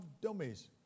dummies